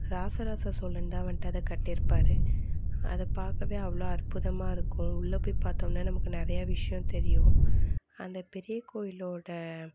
ராசராச சோழன் தான் வண்ட்டு அதை கட்டிருப்பார் அது பார்க்கவே அவ்வளோ அற்புதமாக இருக்கும் உள்ளே போய் பார்த்தோன்னா நமக்கு நிறையா விஷயோம் தெரியும் அந்த பெரிய கோவிலோட